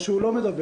או שהוא לא מדבר?